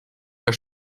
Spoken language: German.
der